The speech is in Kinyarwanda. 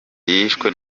yishwe